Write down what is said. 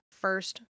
first